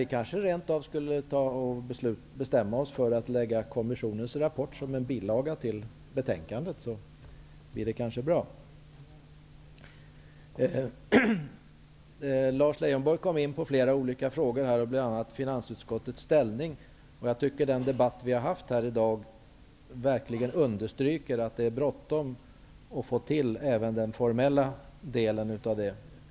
Vi kanske rent av skulle ta och bestämma oss för att foga kommissionens rapport som en bilaga till betänkandet. Då blir det kanske bra. Lars Leijonborg kom in på flera olika frågor, bl.a. finansutskottets ställning. Den debatt som har förts i dag understryker verkligen att det är bråttom att få till även den formella delen av detta.